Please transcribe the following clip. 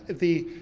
the,